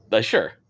Sure